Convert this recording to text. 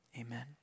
Amen